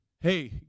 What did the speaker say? hey